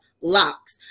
locks